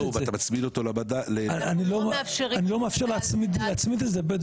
אתה מצמיד אותו --- אני לא מאפשר להצמיד את זה.